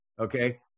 okay